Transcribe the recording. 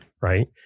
Right